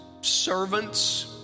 servants